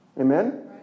amen